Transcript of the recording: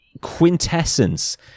quintessence